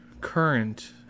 current